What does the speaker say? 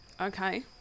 Okay